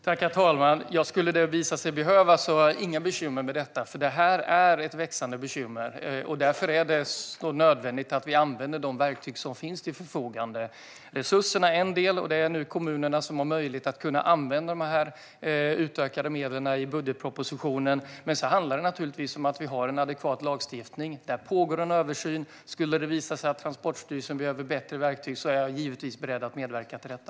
Herr talman! Ja, om det skulle visa sig behövas har jag inga bekymmer med det, för detta är ett växande bekymmer. Därför är det så nödvändigt att vi använder de verktyg som finns till förfogande. Resurserna är en del, och kommunerna har nu möjlighet att använda de utökade medlen i budgetpropositionen. Men sedan handlar det naturligtvis om att ha en adekvat lagstiftning. Där pågår en översyn. Skulle det visa sig att Transportstyrelsen behöver bättre verktyg är jag givetvis beredd att medverka till detta.